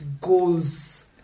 goals